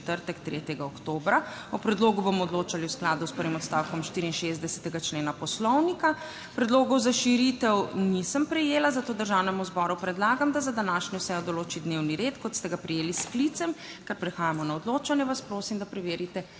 3. oktobra. O predlogu bomo odločali v skladu s prvim odstavkom 64. člena Poslovnika. Predlogov za širitev nisem prejela, zato Državnemu zboru predlagam, da za današnjo sejo določi dnevni red, kot ste ga prejeli s sklicem. Ker prehajamo na odločanje, vas prosim, da preverite